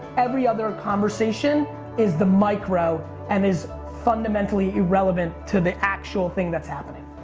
every other conversation is the micro and is fundamentally irrelevant to the actual thing that's happening.